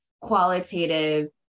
qualitative